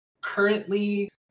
currently